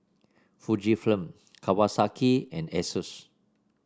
Fujifilm Kawasaki and Asus